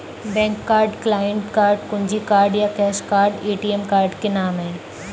bank card, client card, कुंजी card या cash card ATM card के नाम है